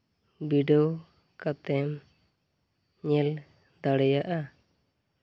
ᱵᱤᱰᱟᱹᱣ ᱠᱟᱛᱮᱢ ᱧᱮᱞ ᱫᱟᱲᱮᱭᱟᱜᱼᱟ